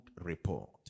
report